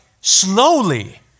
slowly